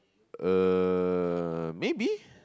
uh maybe